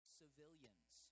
civilians